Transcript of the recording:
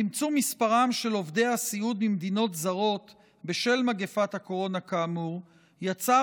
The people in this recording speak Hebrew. צמצום מספרם של עובדי הסיעוד ממדינות זרות בשל מגפת הקורונה כאמור יצר